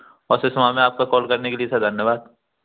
Oasis समान में आप का कॉल करने के लिए सर धन्यवाद